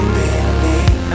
believe